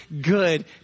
good